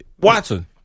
Watson